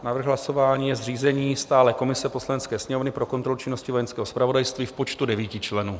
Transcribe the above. Návrh hlasování je zřízení stálé komise Poslanecké sněmovny pro kontrolu činnosti Vojenského zpravodajství v počtu 9 členů.